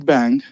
Bang